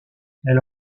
elle